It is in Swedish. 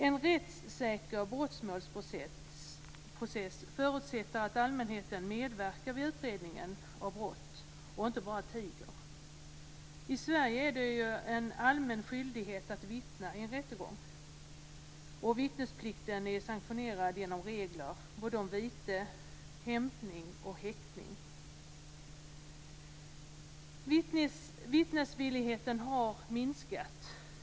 En rättssäker brottsmålsprocess förutsätter att allmänheten medverkar vid utredningen av brott och inte bara tiger. I Sverige är det en allmän skyldighet att vittna i en rättegång. Vittnesplikten är sanktionerad genom regler om vite, hämtning och häktning. Vittnesvilligheten har minskat.